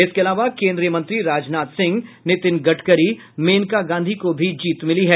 इसके अलावा केन्द्रीय मंत्री राजनाथ सिंह नितिन गडकरी मेनका गांधी को भी जीत मिली है